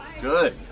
Good